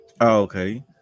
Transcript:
Okay